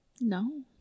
No